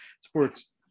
sports